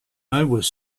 was